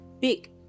big